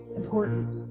important